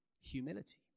Humility